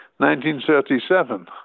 1937